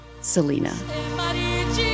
Selena